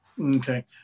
okay